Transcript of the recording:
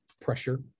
pressure